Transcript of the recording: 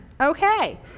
Okay